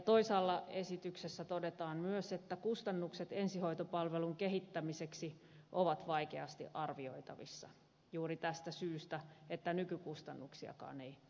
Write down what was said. toisaalla esityksessä todetaan myös että kustannukset ensihoitopalvelun kehittämiseksi ovat vaikeasti arvioitavissa juuri tästä syystä että nykykustannuksiakaan ei tunneta